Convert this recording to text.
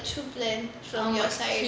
then lechul plan from your side